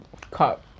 Cut